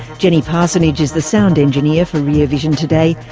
jenny parsonage is the sound engineer for rear vision today.